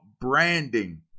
branding